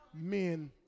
men